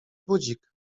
budzik